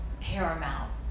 paramount